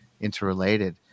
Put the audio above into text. interrelated